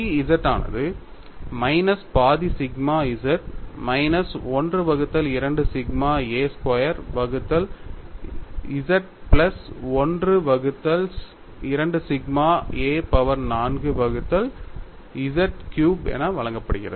chi z ஆனது minus பாதி sigma z minus 1 வகுத்தல் 2 சிக்மா a ஸ்கொயர் வகுத்தல் z பிளஸ் 1 வகுத்தல் 2 சிக்மா a பவர் 4 வகுத்தல் z கியூப் என வழங்கப்படுகிறது